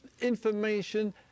information